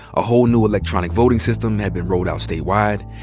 a whole new electronic voting system had been rolled out statewide.